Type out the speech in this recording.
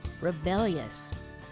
rebellious